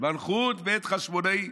מלכות בית חשמונאי,